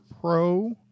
Pro